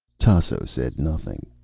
tasso said nothing.